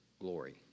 glory